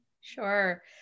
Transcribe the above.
Sure